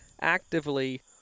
actively